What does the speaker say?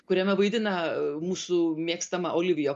kuriame vaidina mūsų mėgstama olivija